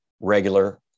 regular